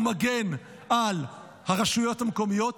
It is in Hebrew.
הוא מגן על הרשויות המקומיות,